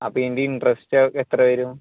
അപ്പയിൻ്റെയി interest എത്ര വരും